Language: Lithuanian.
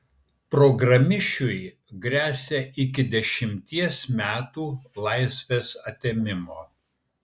programišiui gresia iki dešimties metų laisvės atėmimo